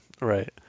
Right